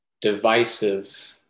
divisive